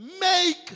make